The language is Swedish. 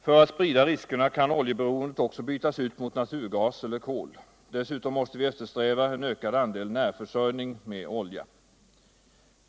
För at sprida riskerna kan oljan också bytas ut mot naturgas eller kol. Dessutom måste vi eftersträva en ökad andel närförsörjning med olja.